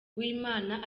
uwimana